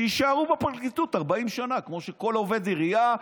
שיישארו בפרקליטות 40 שנה כמו כל עובד עירייה,